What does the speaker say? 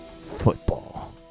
football